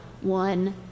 one